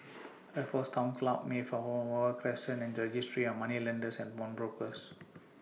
Raffles Town Club Mayflower Crescent and Registry of Moneylenders and Pawnbrokers